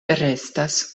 restas